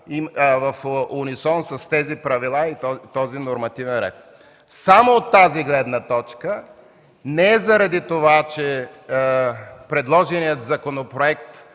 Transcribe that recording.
в унисон с тези правила и този нормативен ред. Само от тази гледна точка, не заради това че предложеният законопроект